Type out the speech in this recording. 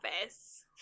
office